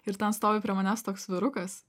ir ten stovi prie manęs toks vyrukas